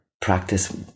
practice